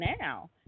now